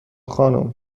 خانم